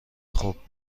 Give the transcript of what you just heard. خوب